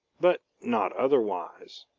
but not otherwise.